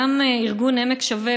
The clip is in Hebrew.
גם ארגון עמק שווה,